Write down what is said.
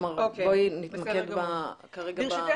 בואי נתמקד כרגע להבין את התמונה.